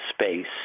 space